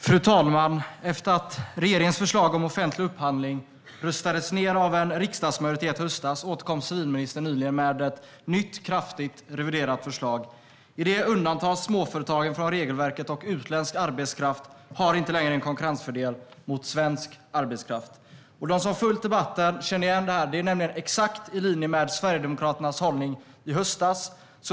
Fru talman! Efter att regeringens förslag om offentlig upphandling röstades ned av en riksdagsmajoritet i höstas återkom civilministern nyligen med ett nytt, kraftigt reviderat förslag. I det undantas småföretagen från regelverket, och utländsk arbetskraft har inte längre en konkurrensfördel mot svensk arbetskraft. De som har följt debatten känner igen detta. Det är nämligen exakt i linje med Sverigedemokraternas hållning i höstas.